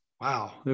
Wow